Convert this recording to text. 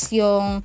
yung